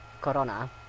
Corona